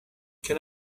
can